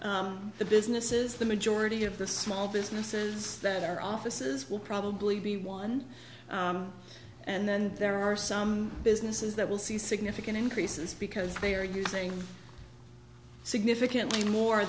three the businesses the majority of the small businesses that their offices will probably be one and then there are some businesses that will see significant increases because they are using significantly more